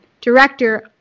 director